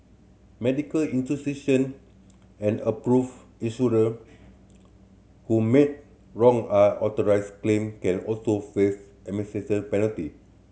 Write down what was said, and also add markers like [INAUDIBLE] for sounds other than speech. medical institution and approved insurer who make wrong are authorised claim can also face [UNINTELLIGIBLE] penalty